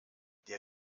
der